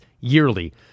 yearly